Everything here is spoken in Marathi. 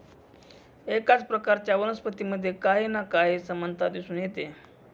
एकाच प्रकारच्या वनस्पतींमध्ये काही ना काही समानता दिसून येते